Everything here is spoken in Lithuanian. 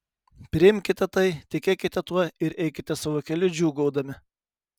priimkite tai tikėkite tuo ir eikite savo keliu džiūgaudami